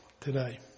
today